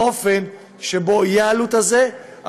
באופן שבו תהיה העלות הזאת,